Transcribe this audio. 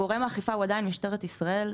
גורם האכיפה הוא עדיין משטרת ישראל.